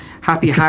happy